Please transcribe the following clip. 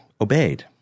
obeyed